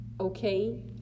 okay